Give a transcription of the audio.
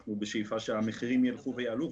אנחנו בשאיפה שהמחירים ילכו ויעלו,